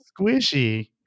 squishy